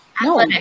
No